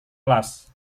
kelas